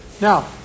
Now